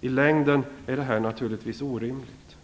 I längden blir det här naturligtvis orimligt.